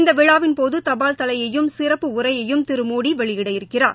இந்த விழாவின்போது தபால் தலையையும் சிறப்பு உறையையும் திரு மோடி வெளியிட இருக்கிறார்